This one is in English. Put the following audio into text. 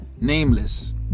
nameless